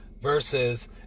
versus